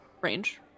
range